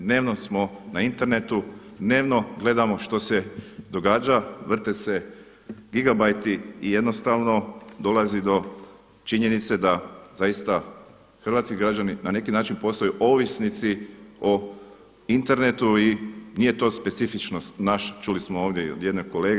Dnevno smo na internetu, dnevno gledamo što se događa, vrte se gigabajti i jednostavno dolazi do činjenice da zaista hrvatski građani na neki način postaju ovisnici o internetu i nije to specifičnost naša, čuli smo ovdje i od jednog kolege.